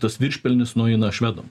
tas viršpelnis nueina švedam